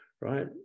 right